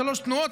שלוש תנועות,